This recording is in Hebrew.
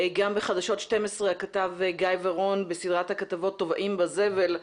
גם בחדשות 12 הכתב גיא ורון בסדרת הכתבות "טובעים בזבל",